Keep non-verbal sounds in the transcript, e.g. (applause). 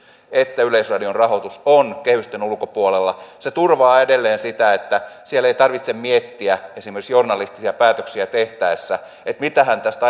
että yleisradion rahoitus on kehysten ulkopuolella se turvaa edelleen sitä että siellä ei tarvitse miettiä esimerkiksi journalistisia päätöksiä tehtäessä että mitähän tästä (unintelligible)